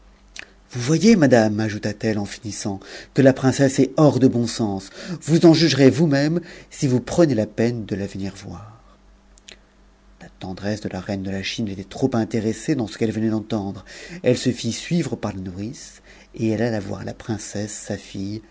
vous voyez madame tiouta t etle en finissant que la princesse est hors de bon sens vous en n t'ex vous-même si vous prenez la peine de la venir voir j y tendresse de la reine de la chine était trop intéressée dans ce u'c e venait d'entendre elle se fit suivre par la nourrice et elle alla voir ta princesse sa